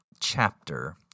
chapter